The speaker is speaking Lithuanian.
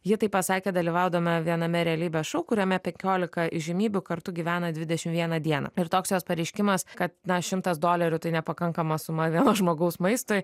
ji tai pasakė dalyvaudama viename realybės šou kuriame penkiolika įžymybių kartu gyvena dvidešimt vieną dieną ir toks jos pareiškimas kad na šimtas dolerių tai nepakankama suma vieno žmogaus maistui